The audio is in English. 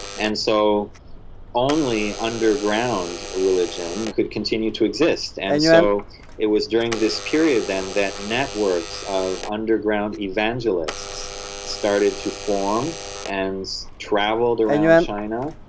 and so only underground religion could continue to exist. and so it was during this period, then, that networks of underground evangelists started to form and travelled around china,